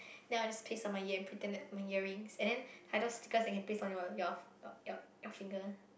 then I will just paste on my ear and pretend that my earrings and then I have those stickers that can like paste on your your your your finger